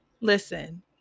Listen